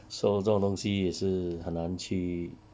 so 这种东西是很难去